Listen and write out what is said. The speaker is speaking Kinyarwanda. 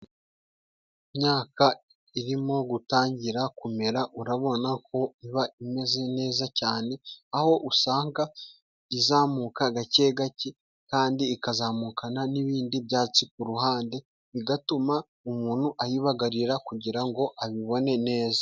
Imyaka irimo gutangira kumera. Urabonako iba imeze neza cyane aho usanga izamuka gake gake kandi ikazamukana n'ibindi byatsi ku ruhande, bigatuma umuntu ayibagarira kugira ngo abibone neza.